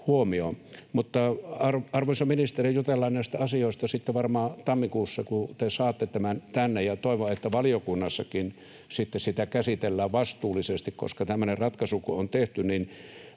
Arvoisa ministeri! Jutellaan näistä asioista sitten varmaan tammikuussa, kun te saatte tämän tänne, ja toivon, että valiokunnassakin sitten sitä käsitellään vastuullisesti, tämmöinen ratkaisu kun on tehty.